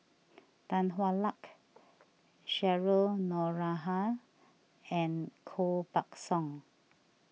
Tan Hwa Luck Cheryl Noronha and Koh Buck Song